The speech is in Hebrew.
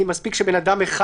האם מספיק שבן אדם אחד?